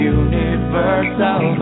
universal